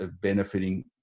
benefiting